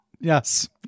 Yes